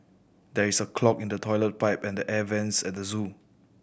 there is a clog in the toilet pipe and the air vents at the zoo